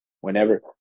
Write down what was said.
Whenever